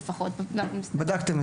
ואנחנו חושבים